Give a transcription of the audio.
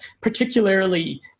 particularly